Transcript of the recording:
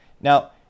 Now